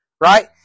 right